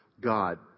God